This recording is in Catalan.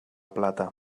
plata